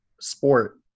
sport